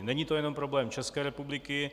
Není to jenom problém České republiky.